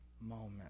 moment